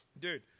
dude